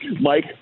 Mike